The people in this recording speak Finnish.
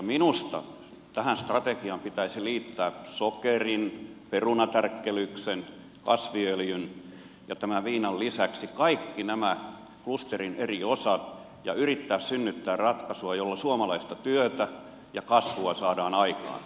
minusta tähän strategiaan pitäisi liittää sokerin perunatärkkelyksen kasviöljyn ja tämän viinan lisäksi kaikki nämä klusterin eri osat ja yrittää synnyttää ratkaisua jolla suomalaista työtä ja kasvua saadaan aikaan